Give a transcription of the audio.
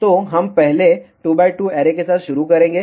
तो हम पहले 2 x 2 ऐरे के साथ शुरू करेंगे